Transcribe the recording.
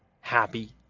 happy